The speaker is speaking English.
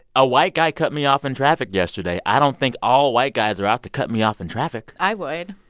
a white guy cut me off in traffic yesterday. i don't think all white guys are out to cut me off in traffic i would,